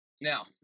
Now